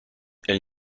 elle